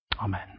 Amen